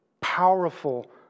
powerful